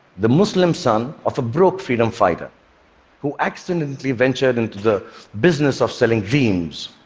the muslim son of a broke freedom fighter who accidentally ventured into the business of selling dreams,